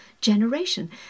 generation